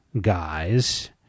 guys